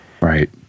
Right